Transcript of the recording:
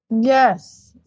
Yes